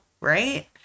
right